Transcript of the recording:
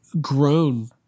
grown